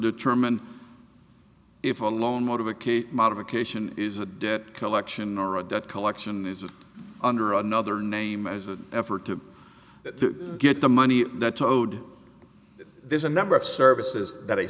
determine if a loan modification modification is a debt collection or a debt collection is it under another name as an effort to get the money towed there's a number of services that